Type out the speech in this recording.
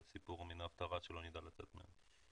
זה סיפור מן ההפטרה שלא נדע לצאת ממנו.